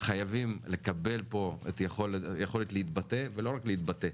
חייבים לקבל פה יכולת להתבטא, ולא רק להתבטא,